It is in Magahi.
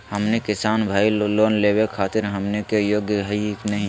हमनी किसान भईल, लोन लेवे खातीर हमनी के योग्य हई नहीं?